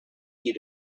you